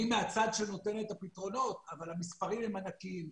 אני מהצד שנותן את הפתרונות אבל המספרים הם ענקיים,